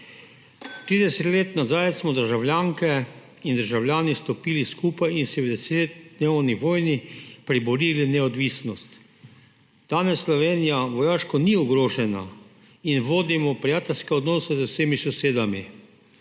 30 leti smo državljanke in državljani stopili skupaj in si v desetdnevni vojni priborili neodvisnost. Danes Slovenija vojaško ni ogrožena in vodimo prijateljske odnose z vsemi sosedami.